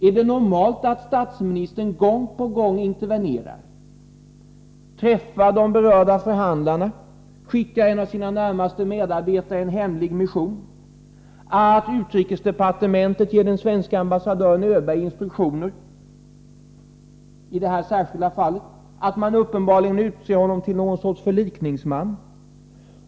Är det normalt att statsministern gång på gång intervenerar, träffar de berörda förhandlarna, skickar en av sina närmaste medarbetare i en hemlig mission, att utrikesdepartementet ger den svenske ambassadören Öberg instruktioner i det här särskilda fallet, att man uppenbarligen utser honom till någon sorts förlikningsman?